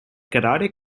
karate